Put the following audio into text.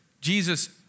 Jesus